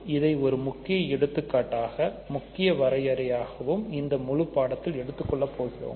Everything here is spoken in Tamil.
இதை ஒரு முக்கிய எடுத்துக்காட்டாக முக்கிய வரையறையாகவும் இந்த முழு பாடத்தில் எடுத்துக் கொள்ளப் போகிறோம்